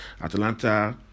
Atlanta